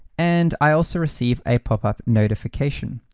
and i also receive a pop-up notification.